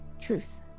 truth